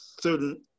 certain